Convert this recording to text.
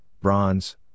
bronze